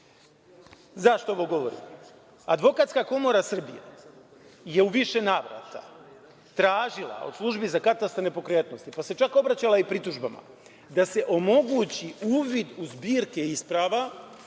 Zašto ovo govorim? Advokatska komora Srbije je u više navrata tražila od službi za katastar nepokretnosti, pa se čak obraćala i pritužbama da se omogući uvid u zbirke isprava